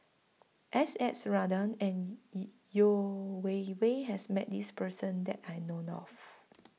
S S Ratnam and Yeo Wei Wei has Met This Person that I know of